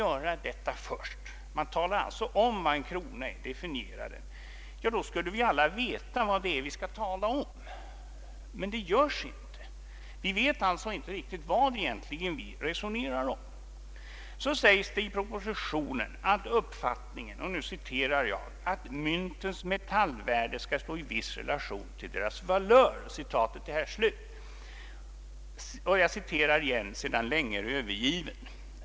Om man börjat med att tala om vad en krona är, definierat den, då skulle vi alla vetat vad det är vi skall tala om. Men det gör man inte. Vi vet alltså inte riktigt vad det egentligen är vi resonerar om. Så sägs det i propositionen att uppfattningen ”att myntens metallvärde skall stå i viss relation till deras valör” ”sedan länge är övergiven”.